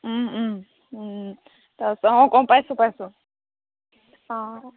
তাৰপিছত অঁ গম পাইছোঁ পাইছোঁ অঁ